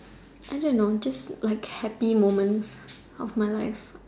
I don't know just like happy moments of my life